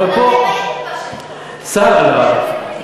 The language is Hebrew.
אבל פה, אבל אתם הייתם בשלטון.